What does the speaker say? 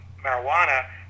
marijuana